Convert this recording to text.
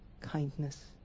kindness